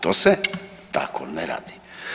To se tako ne radi.